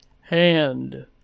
Hand